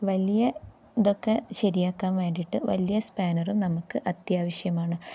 വലിയ ഇതൊക്കെ ശരിയാക്കാൻ വേണ്ടിയിട്ട് വലിയ സ്പാനറും നമുക്ക് അത്യാവശ്യമാണ്